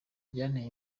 byanteye